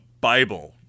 Bible